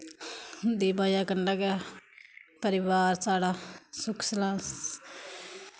उं'दी बजह कन्नै गै परिवार साढ़ा सुक्ख सलास